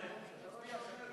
הצעת סיעות